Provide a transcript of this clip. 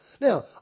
Now